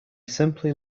simply